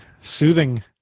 soothing